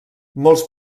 molts